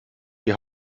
die